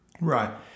Right